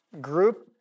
group